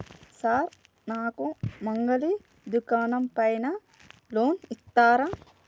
Sir నాకు మంగలి దుకాణం పైన లోన్ ఇత్తరా?